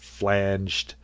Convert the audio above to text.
flanged